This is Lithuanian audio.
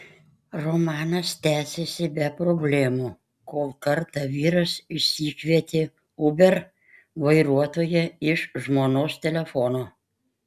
romanas tęsėsi be problemų kol kartą vyras išsikvietė uber vairuotoją iš žmonos telefono